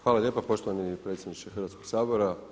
Hvala lijep poštovani predsjedniče Hrvatskog sabora.